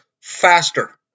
faster